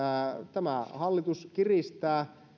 tämä hallitus kiristää